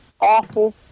awful